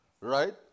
Right